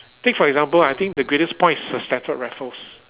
think for example I think the greatest point is Sir Stamford-Raffles